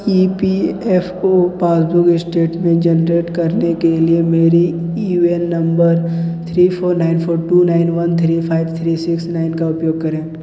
ई P F O passbook statement generate करने के लिए मेरे U A N number three four nine four two nine one three five three six nine का उपयोग करें